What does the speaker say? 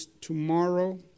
tomorrow